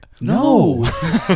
No